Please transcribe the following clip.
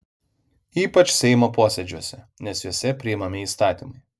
ypač seimo posėdžiuose nes juose priimami įstatymai